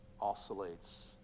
oscillates